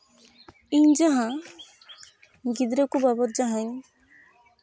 ᱤᱧ ᱡᱟᱦᱟᱸ ᱜᱤᱫᱽᱨᱟᱹ ᱠᱚ ᱵᱟᱵᱚᱫ ᱡᱟᱦᱟᱧ